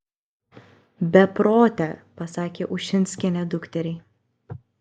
beprote pasakė ušinskienė dukteriai